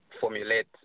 formulate